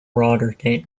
rotterdam